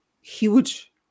huge